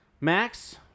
Max